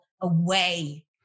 away